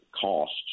costs